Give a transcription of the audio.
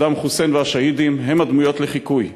סדאם חוסיין והשהידים הם הדמויות לחיקוי